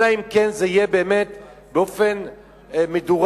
אלא אם כן זה יהיה באמת באופן מדורג,